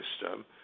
system